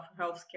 healthcare